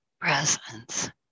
presence